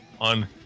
on